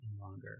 longer